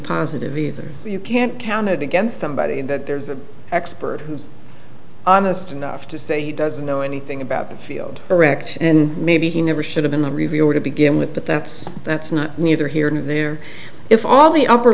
positive either you can't counted against somebody that there's an expert who's honest enough to say he doesn't know anything about the field correct and maybe he never should have been a reviewer to begin with but that's that's not neither here nor there if all the upper